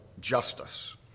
justice